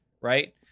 right